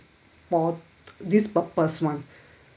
for this purpose [one]